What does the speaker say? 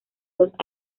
dos